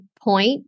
point